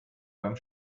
beim